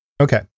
Okay